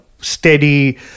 steady